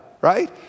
right